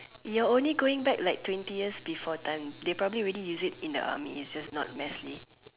you're only going back like twenty years before time they probably already used it in the army it's just not massly